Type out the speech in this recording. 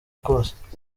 kose